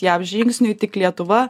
jav žingsniui tik lietuva